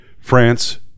France